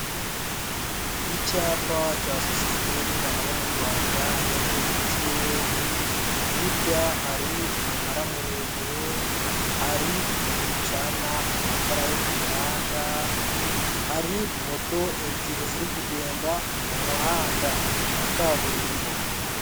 Icyapa cya sosiyete y'itumanaho mu Rwanda ya MTN, hirya hari umunara muremure, hari ipoto ricana amatara yo ku muhanda, hari moto ebyiri ziri kugenda mu muhanda wa kaburimbo.